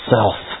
Self